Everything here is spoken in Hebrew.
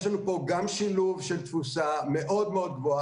יש לנו פה גם שילוב של תפוסה מאוד מאוד גבוהה,